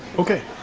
okay.